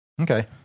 Okay